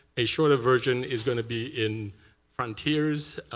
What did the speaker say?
a shorter version is going to be in frontiers.